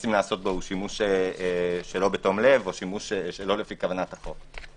שמנסים לעשות בו הוא שימוש שלא בתום לב או שלא לפי כוונת החוק.